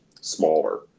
smaller